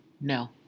No